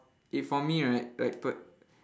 if for me right like p~